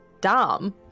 dumb